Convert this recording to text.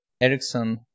Ericsson